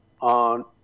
on